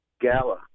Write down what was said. gala